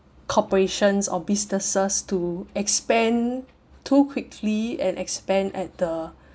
corporations or businesses to expand too quickly and expand at the